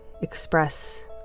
express